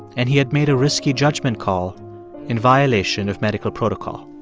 and he had made a risky judgment call in violation of medical protocol